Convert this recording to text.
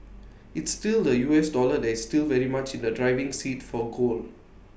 it's still the U S dollar that is still very much in the driving seat for gold